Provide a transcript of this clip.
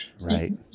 right